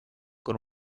con